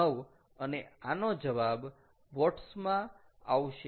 9 અને આનો જવાબ વોટ્સમાં માં આવશે